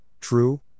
true